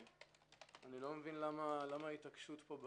אני לא מבין למה ההתעקשות פה.